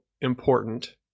Important